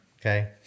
Okay